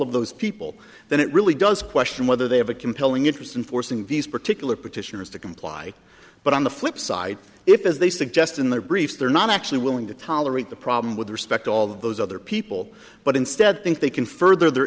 of those people then it really does question whether they have a compelling interest in forcing these particular petitioners to comply but on the flip side if as they suggest in their briefs they're not actually willing to tolerate the problem with respect to all of those other people but instead think they can further their